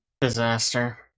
Disaster